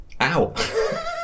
Ow